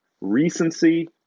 recency